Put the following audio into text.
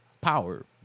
power